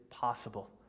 possible